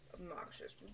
obnoxious